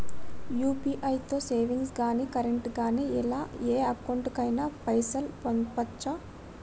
UPI తో savings గాని current గాని ఇలా ఏ అకౌంట్ కైనా పైసల్ పంపొచ్చా?